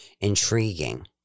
intriguing